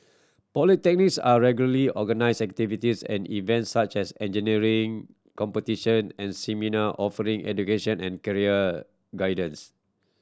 polytechnics are regularly organise activities and events such as engineering competition and seminar offering education and career guidance